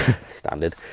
Standard